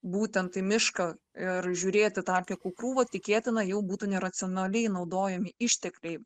būtent į mišką ir žiūrėti tą atliekų krūvą tikėtina jau būtų neracionaliai naudojami ištekliai